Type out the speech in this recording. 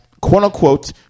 quote-unquote